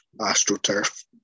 astroturf